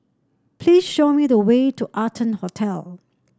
please show me the way to Arton Hotel